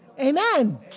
Amen